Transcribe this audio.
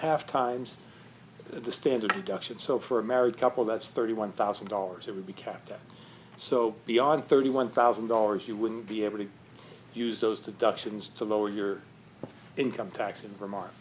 half times the standard deduction so for a married couple that's thirty one thousand dollars it would be capped so beyond thirty one thousand dollars you wouldn't be able to use those to duck sions to lower your income tax in vermont